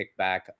kickback